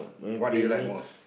what do you like most